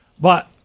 But-